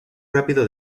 rápido